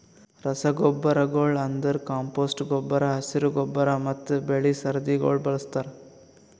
ರಸಗೊಬ್ಬರಗೊಳ್ ಅಂದುರ್ ಕಾಂಪೋಸ್ಟ್ ಗೊಬ್ಬರ, ಹಸಿರು ಗೊಬ್ಬರ ಮತ್ತ್ ಬೆಳಿ ಸರದಿಗೊಳ್ ಬಳಸ್ತಾರ್